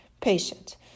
patient